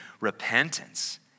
repentance